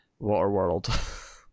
Waterworld